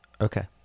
Okay